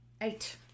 Eight